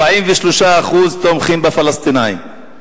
43% תומכים בפלסטינים,